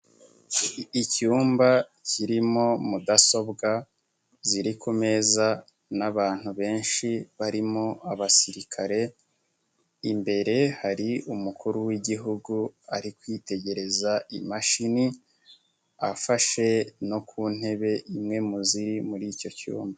Icyumba kirimo mudasobwa, ziri ku meza n'abantu benshi barimo abasirikare, imbere hari umukuru w'Igihugu, ari kwitegereza imashini, afashe no ku ntebe imwe mu ziri muri icyo cyumba.